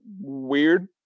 weird